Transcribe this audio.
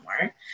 more